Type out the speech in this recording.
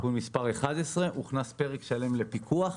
תיקון מספר 11, הוכנס פרק שלם לפיקוח.